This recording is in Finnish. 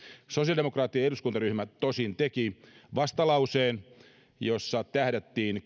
sosiaalidemokraattinen eduskuntaryhmä tosin teki vastalauseen jossa tähdättiin